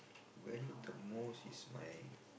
valued the most is my